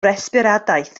resbiradaeth